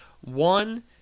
one